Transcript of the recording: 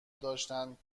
داشتند